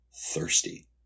thirsty